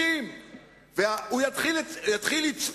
30. הוא יתחיל לצפור,